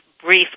Brief